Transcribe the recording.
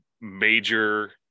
major